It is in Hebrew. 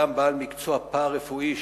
גם בעל מקצוע פארה-רפואי,